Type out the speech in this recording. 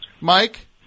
Mike